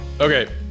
Okay